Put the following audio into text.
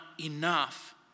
enough